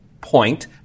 point